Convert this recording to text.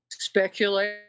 speculate